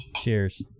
Cheers